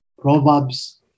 Proverbs